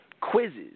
quizzes